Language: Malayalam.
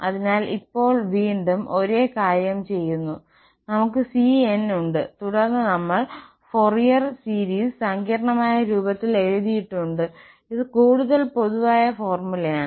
അതിനാൽ ഇപ്പോൾ വീണ്ടും ഒരേ കാര്യം ചെയ്യുന്നു ഞങ്ങൾക്ക് cn ഉണ്ട് തുടർന്ന് നമ്മൾ ഫോറിയർ സീരീസ് സങ്കീർണ്ണമായ രൂപത്തിൽ എഴുതിയിട്ടുണ്ട് ഇത് കൂടുതൽ പൊതുവായ ഫോർമുലയാണ്